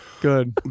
Good